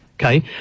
Okay